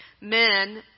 Men